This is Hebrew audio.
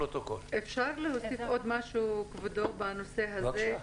אפשר להוסיף עוד משהו כבודו, בנושא הזה.